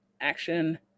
action